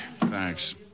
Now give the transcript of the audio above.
Thanks